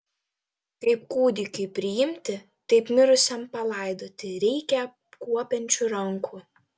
kaip kūdikiui priimti taip mirusiam palaidoti reikia apkuopiančių rankų